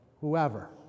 whoever